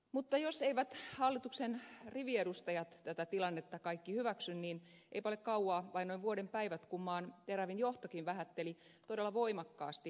mutta jos eivät hallituksen riviedustajat tätä tilannetta kaikki hyväksy niin eipä ole kauan siitä vain noin vuoden päivät kun maan terävin johtokin vähätteli todella voimakkaasti ongelmaa